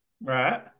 Right